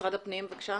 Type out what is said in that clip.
משרד הפנים, בבקשה.